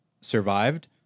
survived